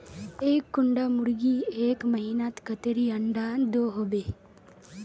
एक कुंडा मुर्गी एक महीनात कतेरी अंडा दो होबे?